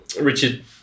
Richard